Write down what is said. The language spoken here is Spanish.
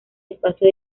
espacio